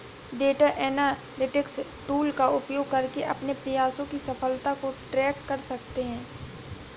data analytics tool का उपयोग करके अपने प्रयासों की सफलता को ट्रैक कर सकते है